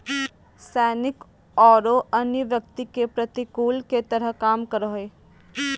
सैनिक औरो अन्य व्यक्ति के प्रतिकूल के तरह काम करो हइ